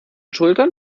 schultern